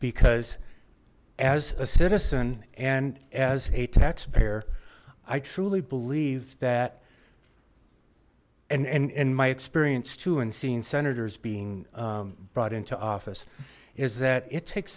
because as a citizen and as a taxpayer i truly believe that and in my experience and seeing senators being brought into office is that it takes